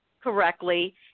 correctly